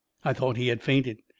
i thought he had fainted.